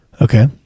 okay